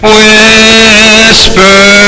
whisper